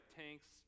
tanks